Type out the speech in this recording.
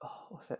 ah what's that